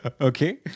Okay